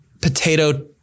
potato